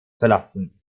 verlassen